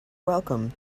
welcome